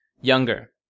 Younger